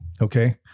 Okay